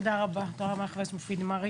תודה רבה, חבר הכנסת מופיד מרעי.